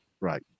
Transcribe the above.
Right